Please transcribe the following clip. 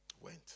Went